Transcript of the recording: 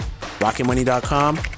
rocketmoney.com